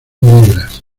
negras